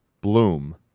Bloom